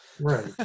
right